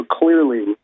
clearly